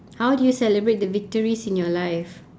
how do you celebrate the victories in your life